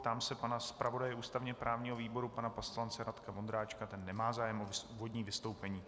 Ptám se pana zpravodaje ústavněprávního výboru poslance Radka Vondráčka ten nemá zájem o úvodní vystoupení.